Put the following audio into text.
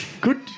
Good